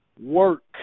work